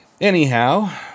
Anyhow